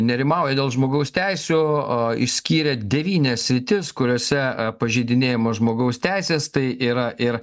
nerimauja dėl žmogaus teisių o išskyrė devynias sritis kuriose pažeidinėjamos žmogaus teisės tai yra ir